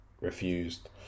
Refused